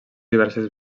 diverses